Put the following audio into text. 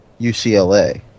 UCLA